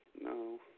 No